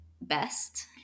best